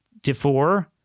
DeFore